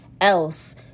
else